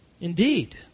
Indeed